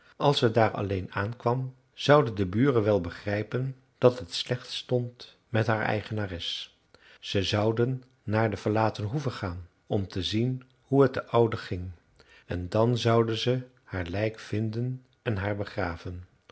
als ze daar alleen aankwam zouden de buren wel begrijpen dat het slecht stond met haar eigenares ze zouden naar de verlaten hoeve gaan om te zien hoe het de oude ging en dan zouden ze haar lijk vinden en haar begraven